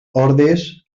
ordis